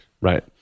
Right